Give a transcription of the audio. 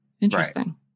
Interesting